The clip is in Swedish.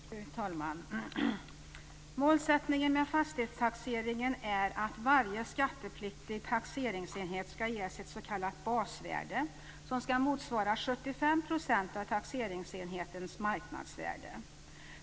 Fru talman! Målsättningen med fastighetstaxeringen är att varje skattepliktig taxeringsenhet ska ges ett s.k. basvärde, som ska motsvara 75 % av taxeringsenhetens marknadsvärde.